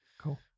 cool